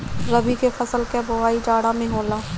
रबी के फसल कअ बोआई जाड़ा में होला